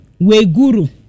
Weguru